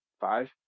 Five